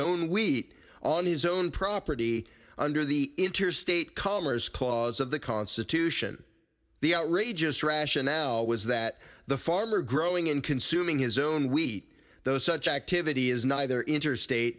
own wheat on his own property under the interstate commerce clause of the constitution the outrageous rationale was that the farmer growing in consuming his own wheat though such activity is neither interstate